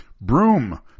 Broom